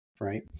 right